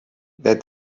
that